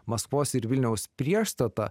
maskvos ir vilniaus priešstatą